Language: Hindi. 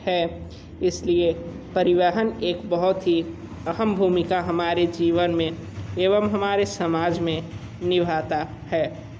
है इसलिए परिवहन एक बहुत ही अहम भूमिका हमारे जीवन में एवं हमारे समाज में निभाता है